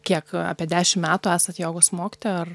kiek apie dešimt metų esat jogos mokytoja ar